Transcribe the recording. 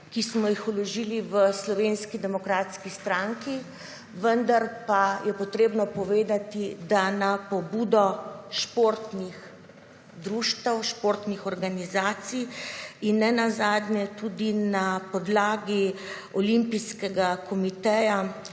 ki smo jih vložili v Slovenski demokratski stranki, vendar pa je potrebno povedati, da na pobudo športnih društev, športnih organizacij in nenazadnje tudi na podlagi Olimpijskega komiteja,